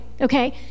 okay